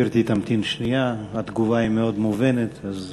גברתי תמתין שנייה, התגובה היא מאוד מובנת, אז